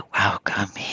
welcome